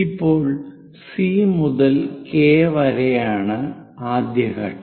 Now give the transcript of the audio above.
ഇപ്പോൾ സി മുതൽ കെ വരെയാണ് ആദ്യ ഘട്ടം